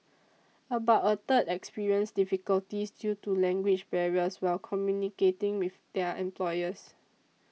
about a third experienced difficulties due to language barriers while communicating with their employers